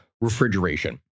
refrigeration